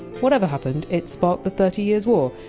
whatever happened, it sparked the thirty years war.